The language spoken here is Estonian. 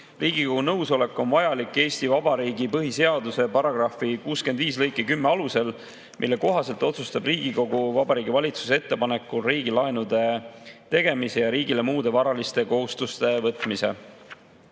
Riigikogu nõusolek on vajalik Eesti Vabariigi põhiseaduse § 65 lõike 10 alusel, mille kohaselt otsustab Riigikogu Vabariigi Valitsuse ettepanekul riigilaenude tegemise ja riigile muude varaliste kohustuste võtmise.